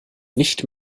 nicht